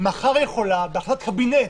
מחר היא יכולה בהחלטת קבינט